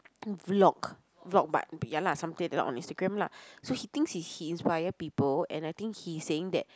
vlog vlog but ya lah something like that vlog on Instagram lah so he thinks he he inspire people and I think he is saying that